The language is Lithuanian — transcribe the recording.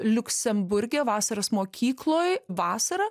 liuksemburge vasaros mokykloj vasarą